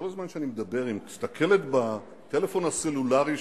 כל הזמן שאני מדבר היא מסתכלת בטלפון הסלולרי שלה,